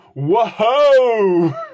whoa